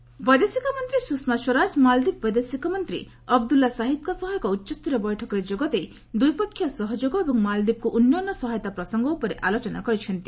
ସୁଷମା ମାଳଦ୍ୱୀପ ବୈଦେଶିକ ମନ୍ତ୍ରୀ ସୁଷମା ସ୍ୱରାଜ ମାଳଦ୍ୱୀପ ବୈଦେଶିକ ମନ୍ତ୍ରୀ ଅବଦ୍ରଲ୍ଲା ସାହିଦ୍ଙ୍କ ସହ ଏକ ଉଚ୍ଚସ୍ତରୀୟ ବୈଠକରେ ଯୋଗ ଦେଇ ଦ୍ୱିପକ୍ଷୀୟ ସହଯୋଗ ଏବଂ ମାଳଦ୍ୱୀପକୁ ଉନ୍ନୟନ ସହାୟତା ପ୍ରସଙ୍ଗ ଉପରେ ଆଲୋଚନା କରିଛନ୍ତି